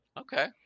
Okay